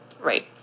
right